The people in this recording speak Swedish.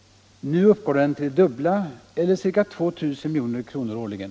Nu uppgår den till det dubbla eller ca 2 000 milj.kr. årligen.